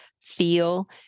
feel